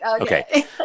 okay